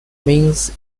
means